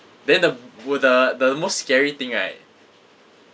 then uh w~ the the most scary thing right